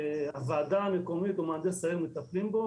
שהוועדה המקומית או מהנדס העיר מטפלים בו,